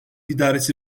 idaresi